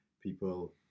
people